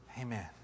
Amen